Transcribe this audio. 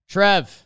Trev